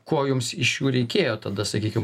ko jums iš jų reikėjo tada sakykim